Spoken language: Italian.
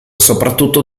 soprattutto